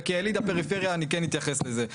וכיליד הפריפריה אני כן אתייחס לזה.